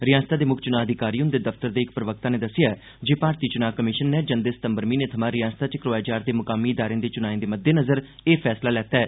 रिआसता दे मुक्ख चुनां अधिकारी हृंदे दफ्तर दे इक प्रवक्ता नै दस्सेआ ऐ जे भारती च्नां कमिशन नै जंदे सितम्बर म्हीने थमां रिआसता च करोआए जा' रदे मुकामी इदारें दे चुनाएं दे मद्देनज़र एह् फैसला लैता ऐ